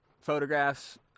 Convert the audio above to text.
photographs